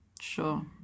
Sure